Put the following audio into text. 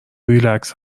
ریلکس